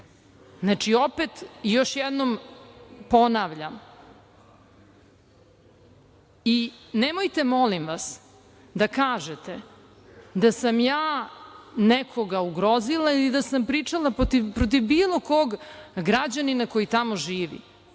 Znači, opet još jednom ponavljam, i nemojte molim vas da kažete da sam ja nekoga ugrozila ili da sam pričala protiv bilo kog građanina koji tamo živi.